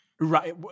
Right